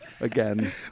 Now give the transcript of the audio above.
again